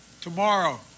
tomorrow